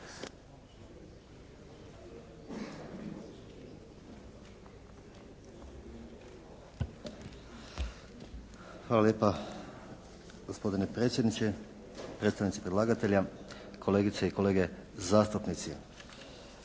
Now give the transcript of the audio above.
Hvala lijepa gospodine predsjedniče. Predstavnici predlagatelja, kolegice i kolege zastupnici.